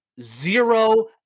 zero